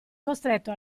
costretto